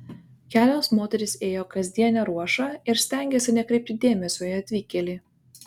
kelios moterys ėjo kasdienę ruošą ir stengėsi nekreipti dėmesio į atvykėlį